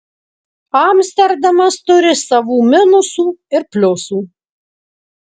amsterdamas turi savų minusų ir pliusų